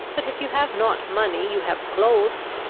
but, if you have not money, you have clothes,